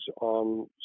on